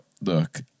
look